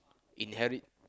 inherit